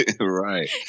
right